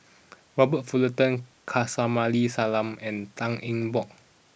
Robert Fullerton Kamsari Salam and Tan Eng Bock